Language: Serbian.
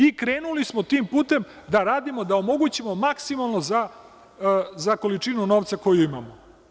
I krenuli smo tim putem da radimo, da omogućimo maksimalno za količinu novca koju imamo.